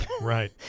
Right